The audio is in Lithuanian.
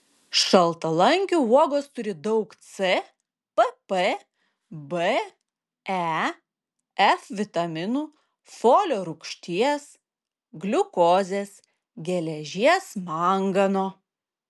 šaltalankių uogos turi daug c pp b e f vitaminų folio rūgšties gliukozės geležies mangano